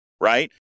Right